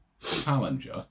challenger